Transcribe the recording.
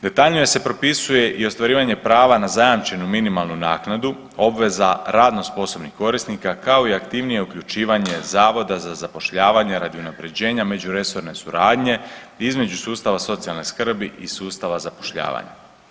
Detaljnije se propisuje i ostvarivanje prava na zajamčenu minimalnu naknadu, obveza radno sposobnih korisnika, kao i aktivnije uključivanje Zavoda za zapošljavanje radi unaprjeđenja međuresorne suradnje između sustava socijalne skrbi i sustava zapošljavanja.